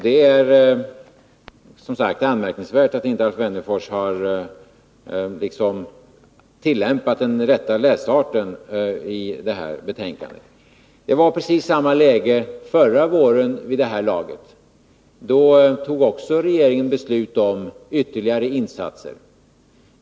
Det är som sagt anmärkningsvärt att Alf Wennerfors inte har tillämpat den rätta läsarten när han studerat betänkandet. Precis samma läge förelåg förra våren vid den här tiden. Också då fattade regeringen beslut om ytterligare insatser.